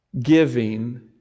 giving